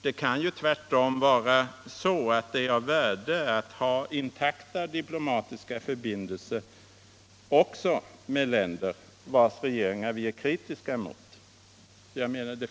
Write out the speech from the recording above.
Det kan tvärtom vara av värde att ha intakta diplomatiska förbindelser också med länder vilkas regeringar vi är kritiska mot.